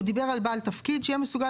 הוא דיבר על בעל תפקיד שיהיה מסוגל